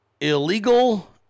Illegal